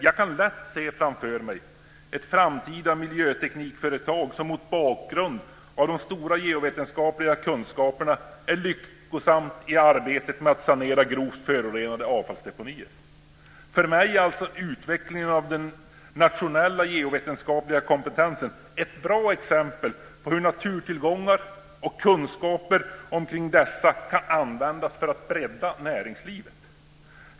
Jag kan lätt se framför mig ett framtida miljöteknikföretag som mot bakgrund av de stora geovetenskapliga kunskaperna är lyckosamt i arbetet med att sanera grovt förorenade avfallsdeponier. För mig är alltså utvecklingen av den nationella geovetenskapliga kompetensen ett bra exempel på hur naturtillgångar och kunskaper om dessa kan användas för att bredda näringslivet.